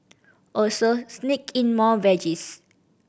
also sneak in more veggies